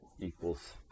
equals